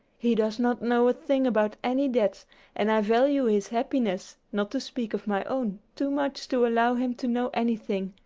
he does not know a thing about any debts and i value his happiness, not to speak of my own, too much to allow him to know anything.